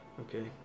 Okay